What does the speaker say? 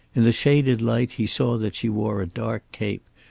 in the shaded light he saw that she wore a dark cape,